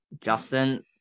Justin